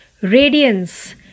radiance